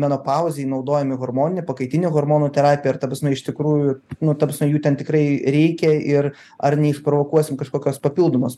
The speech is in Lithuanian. menopauzei naudojami hormoninė pakaitinių hormonų terapija ir ta prasme iš tikrųjų nu ta prasme jų ten tikrai reikia ir ar neišprovokuosim kažkokios papildomos